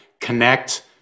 connect